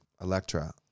Electra